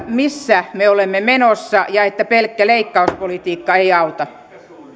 missä me olemme menossa ja että pelkkä leikkauspolitiikka ei auta